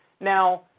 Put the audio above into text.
Now